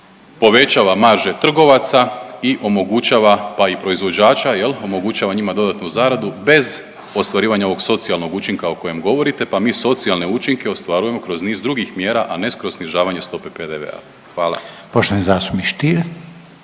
povećava marže trgovaca i omogućava pa i proizvođača jel', omogućava njima dodatnu zaradu bez ostvarivanja ovog socijalnog učinka o kojem govorite, pa mi socijalne učinke ostvarujemo kroz niz drugih mjera, a ne kroz snižavanje stopa PDV-a. Hvala. **Reiner,